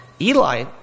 Eli